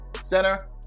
center